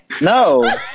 no